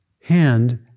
hand